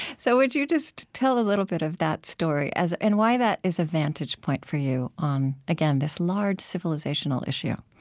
so would you just tell a little bit of that story and why that is a vantage point for you on, again, this large, civilizational issue?